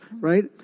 right